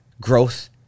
growth